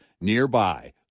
nearby